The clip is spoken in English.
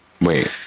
Wait